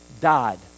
died